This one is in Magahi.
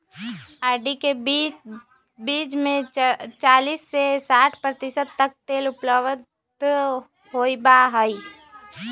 अरंडी के बीज में चालीस से साठ प्रतिशत तक तेल उपलब्ध होबा हई